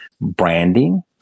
branding